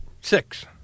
Six